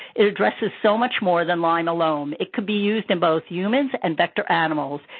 it addresses so much more than lyme alone. it could be used in both humans and vector animals.